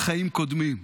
החיים קודמים.